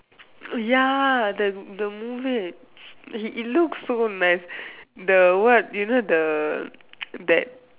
ya that the movie it it looks so nice the what you know the that